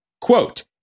Quote